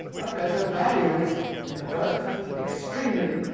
okay, so value is in the first instance extremely